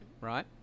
right